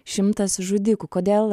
šimtas žudikų kodėl